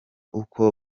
uko